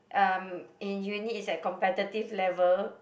um in uni is like competitive level